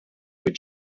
with